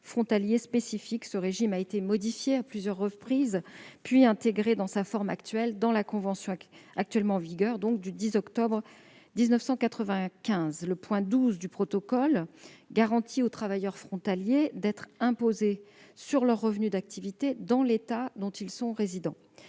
frontalier spécifique. Ce régime a été modifié à plusieurs reprises, puis intégré dans sa forme actuelle dans la convention, actuellement en vigueur, du 10 octobre 1995. Le point 12 du protocole de la convention garantit aux travailleurs frontaliers d'être imposés sur leurs revenus d'activité dans l'État dont ils sont résidents.